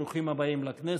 ברוכים הבאים לכנסת.